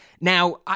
Now